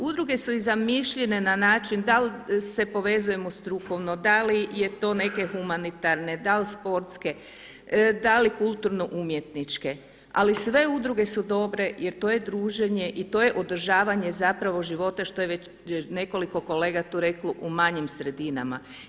Udruge su i zamišljene na način da li se povezujemo strukovno, da li je to neke humanitarne, da li sportske, da li kulturno umjetničke, ali sve udruge su dobre jer to je druženje i to je održavanje zapravo života što je već nekoliko kolega to reklo u manjim sredinama.